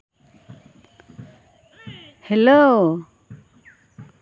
hello